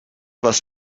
was